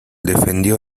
defendió